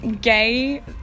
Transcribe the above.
gay